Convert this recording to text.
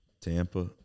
Tampa